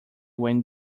when